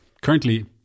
Currently